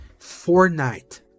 Fortnite